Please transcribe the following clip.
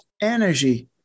energy